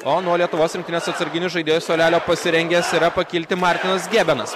o nuo lietuvos rinktinės atsarginių žaidėjų suolelio pasirengęs yra pakilti martinas gebenas